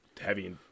heavy